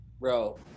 Bro